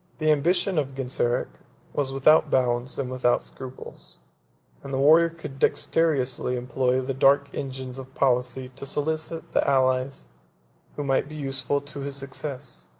the ambition of genseric was without bounds and without scruples and the warrior could dexterously employ the dark engines of policy to solicit the allies who might be useful to his success,